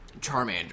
Charmander